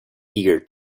eager